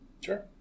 Sure